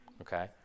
okay